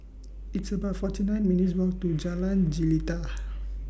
It's about forty nine minutes' Walk to Jalan Jelita